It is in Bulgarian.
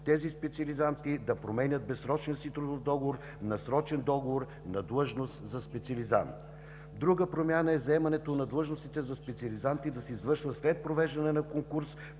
тези специализанти да променят безсрочния си трудов договор на срочен договор, на длъжност за специализант. Друга промяна е заемането на длъжностите за специализанти да се извършва след провеждане на конкурс